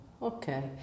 Okay